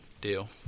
deal